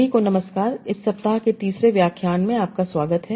सभी को नमस्कार इस सप्ताह के तीसरे व्याख्यान में आपका स्वागत है